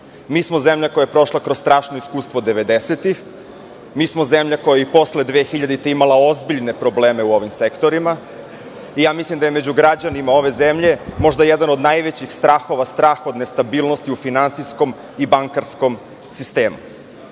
smo zemlja koja je prošla kroz strašna iskustva devedesetih, mi smo zemlja koja je i posle 2000. godine imala ozbiljne probleme u ovim sektorima i mislim da je među građanima ove zemlje možda jedan od najvećih strahova, strah od nestabilnosti u finansijskom i bankarskom sistemu.